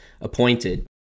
appointed